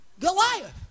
Goliath